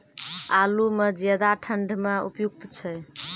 आलू म ज्यादा ठंड म उपयुक्त छै?